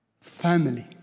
Family